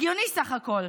הגיוני, סך הכול,